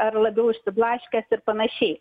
ar labiau išsiblaškęs ir panašiai